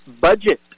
budget